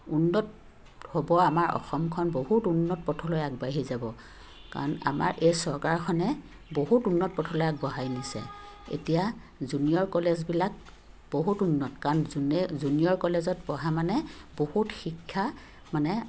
উন্নত হ'ব আমাৰ অসমখন বহুত উন্নত পথলৈ আগবাঢ়ি যাব কাৰণ আমাৰ এই চৰকাৰখনে বহুত উন্নত পথলৈ আগবঢ়াই নিছে এতিয়া জুনিয়ৰ কলেজবিলাক বহুত উন্নত কাৰণ জুনিয়ৰ কলেজত পঢ়া মানে বহুত শিক্ষা মানে